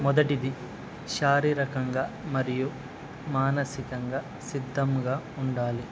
మొదటిది శారీరకంగా మరియు మానసికంగా సిద్ధంగా ఉండాలి